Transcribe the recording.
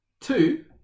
two